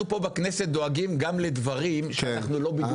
אנחנו פה בכנסת דואגים גם לדברים שאנחנו לא בדיוק חלק מהם.